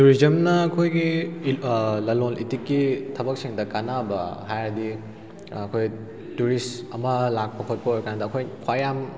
ꯇꯨꯔꯤꯖꯝꯅ ꯑꯩꯈꯣꯏꯒꯤ ꯂꯂꯣꯟ ꯏꯇꯤꯛꯀꯤ ꯊꯕꯛꯁꯤꯡꯗ ꯀꯥꯟꯅꯕ ꯍꯥꯏꯔꯗꯤ ꯑꯩꯈꯣꯏ ꯇꯨꯔꯤꯁ ꯑꯃ ꯂꯥꯛꯄ ꯈꯣꯠꯄ ꯑꯣꯏꯔ ꯀꯥꯟꯗ ꯑꯩꯈꯣꯏ ꯈ꯭ꯋꯥꯏ ꯌꯥꯝ